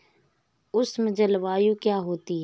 उष्ण जलवायु क्या होती है?